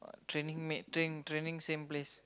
training mating training same place